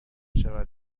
شود